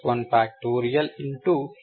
1n42